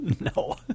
No